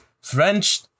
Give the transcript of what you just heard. French